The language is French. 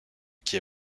qui